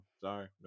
Sorry